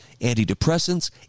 antidepressants